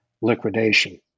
liquidation